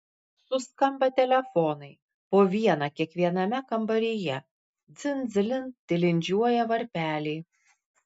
suskamba telefonai po vieną kiekviename kambaryje dzin dzilin tilindžiuoja varpeliai